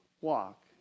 walk